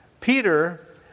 Peter